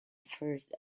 first